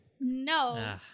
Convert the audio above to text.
No